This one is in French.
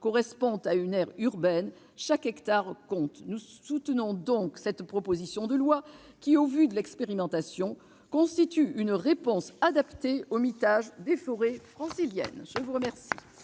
correspond à une aire urbaine, chaque hectare compte. Nous soutenons donc cette proposition de loi, qui, au vu de l'expérimentation, constitue une réponse adaptée au mitage des forêts franciliennes. La parole